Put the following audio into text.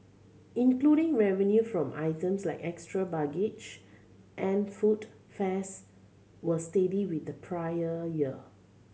including revenue from items like extra baggage and food fares were steady with the prior year